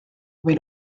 või